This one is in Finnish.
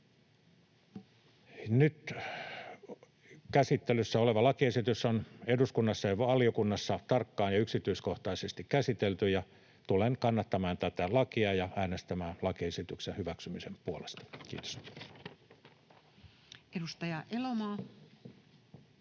Nyt käsittelyssä oleva lakiesitys on eduskunnassa ja valiokunnassa tarkkaan ja yksityiskohtaisesti käsitelty, ja tulen kannattamaan tätä lakia ja äänestämään lakiesityksen hyväksymisen puolesta. — Kiitos. [Speech 226]